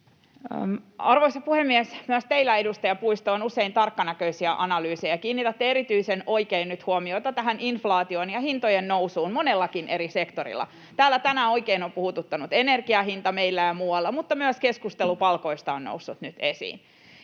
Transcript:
Arvoisa puhemies! Myös teillä, edustaja Puisto, on usein tarkkanäköisiä analyyseja. Kiinnitätte erityisen oikein nyt huomiota inflaatioon ja hintojen nousuun monellakin eri sektorilla. Täällä tänään on puhututtanut oikein energian hinta meillä ja muualla, mutta myös keskustelu palkoista on noussut nyt esiin.